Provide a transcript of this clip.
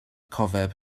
cofeb